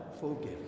forgive